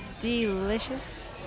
delicious